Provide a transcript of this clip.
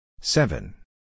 Seven